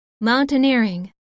mountaineering